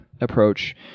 approach